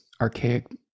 archaic